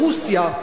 ברוסיה,